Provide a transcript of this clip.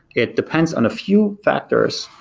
it depends on a few factors,